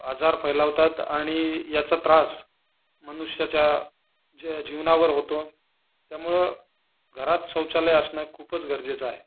आजार फैलावतात आणि याचा त्रास मनुष्याच्या ज जीवनावर होतो त्यामुळं घरात शौचालय असणं खूपच गरजेचं आहे